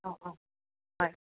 অঁ অঁ হয়